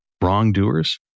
wrongdoers